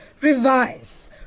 Revise